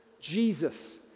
Jesus